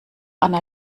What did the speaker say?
anna